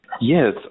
Yes